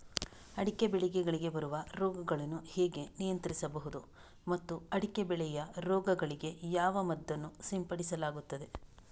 ಅಡಿಕೆ ಬೆಳೆಗಳಿಗೆ ಬರುವ ರೋಗಗಳನ್ನು ಹೇಗೆ ನಿಯಂತ್ರಿಸಬಹುದು ಮತ್ತು ಅಡಿಕೆ ಬೆಳೆಯ ರೋಗಗಳಿಗೆ ಯಾವ ಮದ್ದನ್ನು ಸಿಂಪಡಿಸಲಾಗುತ್ತದೆ?